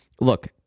look